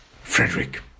Frederick